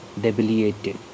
debilitated